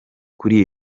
kuri